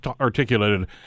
articulated